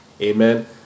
Amen